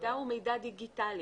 המידע הוא מידע דיגיטלי,